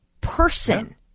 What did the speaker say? person